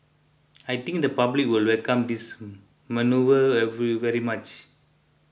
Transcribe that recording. I think the public will welcome this manoeuvre very much